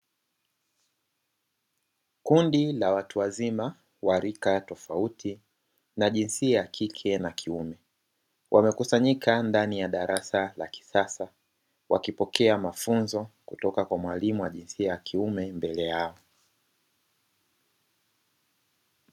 Kundi la watu wazima wa rika tofauti na jinsia ya kike na kiume, wamekusanyika ndani ya darasa la kisasa wakipokea mafunzo kutoka kwa mwalimu wa jinsia ya kiume mbele yao.